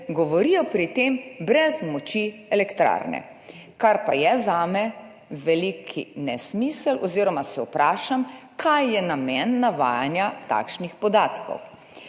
govorijo o tem brez moči elektrarne, kar pa je zame velik nesmisel oziroma se vprašam, kaj je namen navajanja takšnih podatkov.